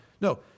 No